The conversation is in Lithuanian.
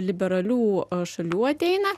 liberalių šalių ateina